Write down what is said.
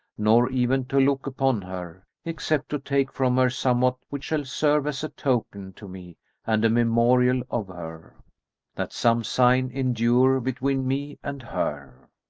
nor even to look upon her, except to take from her somewhat which shall serve as a token to me and a memorial of her that some sign endure between me and her.